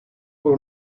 por